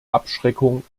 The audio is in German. abschreckung